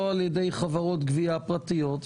ולא על ידי חברות גבייה פרטיות.